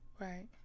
Right